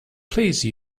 please